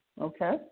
Okay